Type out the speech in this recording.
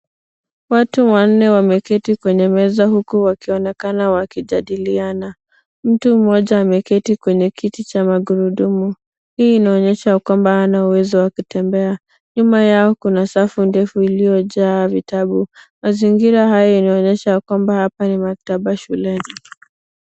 Watu wanne wameketi kwenye meza huku wakionekana wakijadiliana. Mtu mmoja ameketi kwenye kiti cha magurudumu. Hii inaonyesha ya kwamba hana uwezo wa kutembea. Nyuma yao kuna safu ndefu iliyojaa vitabu. Mazingira haya inaonyesha ya kwamba hapa ni maktaba shuleni.